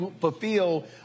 fulfill